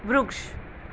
વૃક્ષ